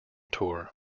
tour